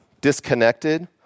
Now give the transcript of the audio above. disconnected